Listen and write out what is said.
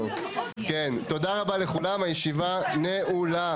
תודה רבה לכולם, הישיבה נעולה.